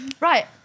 Right